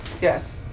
Yes